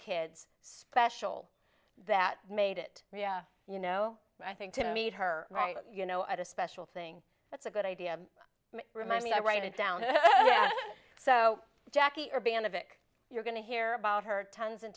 kids special that made it you know i think to meet her right you know at a special thing that's a good idea to remind me i write it down so jackie our band of it you're going to hear about her tons and